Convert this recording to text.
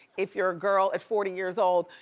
if you're a girl at forty years old,